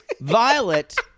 Violet